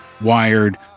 Wired